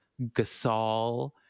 Gasol